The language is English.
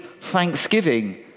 thanksgiving